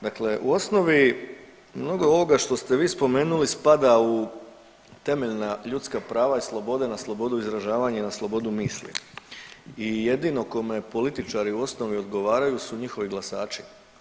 Dakle u osnovi u mnogo ovoga što ste vi spomenuli spada u temeljna ljudska prava i slobode na slobodu izražavanja i na slobodu misli i jedino kome političari u osnovi odgovaraju su njihovi glasači.